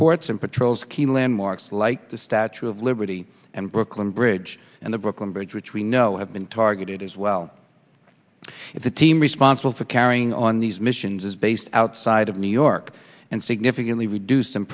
ports and patrols key landmarks like the statue of liberty and brooklyn bridge and the brooklyn bridge which we know have been targeted as well if the team responsible for carrying on these missions is based outside of new york and significantly reduce